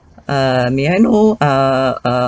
err may I know err